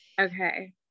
Okay